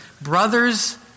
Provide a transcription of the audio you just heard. brothers